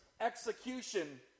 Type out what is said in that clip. execution